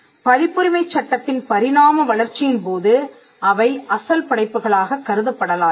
பதிப்புரிமைச் சட்டத்தின் பரிணாம வளர்ச்சியின் போது அவை அசல் படைப்புகளாகக் கருதப்படலாயின